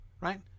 right